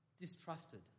distrusted